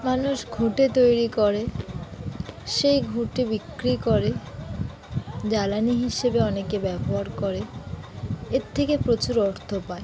মানুষ ঘুঁটে তৈরি করে সেই ঘুঁটে বিক্রি করে জ্বালানি হিসেবে অনেকে ব্যবহার করে এর থেকে প্রচুর অর্থ পায়